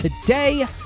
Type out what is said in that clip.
today